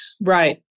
Right